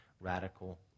radical